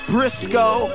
Briscoe